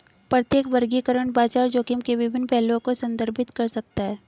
प्रत्येक वर्गीकरण बाजार जोखिम के विभिन्न पहलुओं को संदर्भित कर सकता है